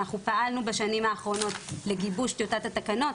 אנחנו פעלנו בשנים האחרונות לגיבוש טיוטת התקנות,